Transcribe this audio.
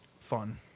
fun